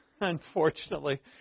unfortunately